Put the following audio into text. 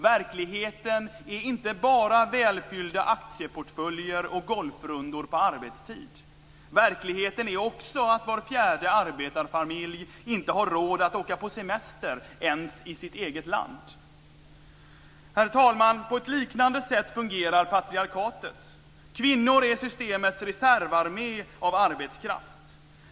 Verkligheten är inte bara välfyllda aktieportföljer och golfrundor på arbetstid - verkligheten är också att var fjärde arbetarfamilj inte har råd att åka på semester ens i sitt eget land. Herr talman! På ett liknande sätt fungerar patriarkatet. Kvinnor är systemets reservarmé av arbetskraft.